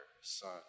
Son